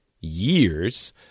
years